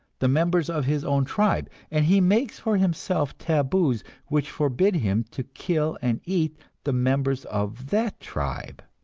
the members of his own tribe, and he makes for himself taboos which forbid him to kill and eat the members of that tribe.